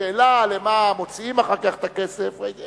השאלה על מה מוציאים אחר כך את הכסף היא